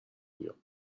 بیام